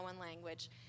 language